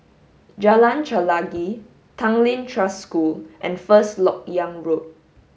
Jalan Chelagi Tanglin Trust School and First Lok Yang Road